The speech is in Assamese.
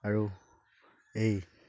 আৰু এই